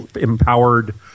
empowered